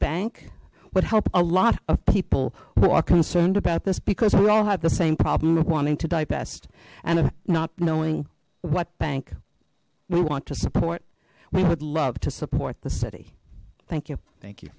bank would help a lot of people who are concerned about this because we all had the same problem of wanting to divest and of not knowing what bank we want to support we would love to support the city thank you thank you